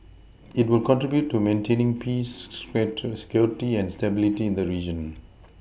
it will contribute to maintaining peace security and stability in the region